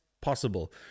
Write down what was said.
possible